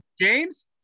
James